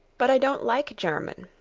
but i don't like german.